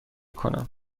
کنم